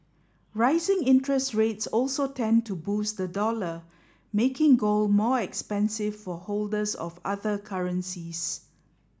rising interest rates also tend to boost the dollar making gold more expensive for holders of other currencies